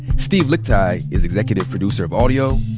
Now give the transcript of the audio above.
steve lickteig is executive producer of audio.